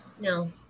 No